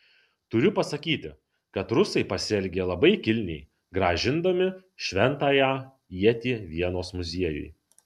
turiu pasakyti kad rusai pasielgė labai kilniai grąžindami šventąją ietį vienos muziejui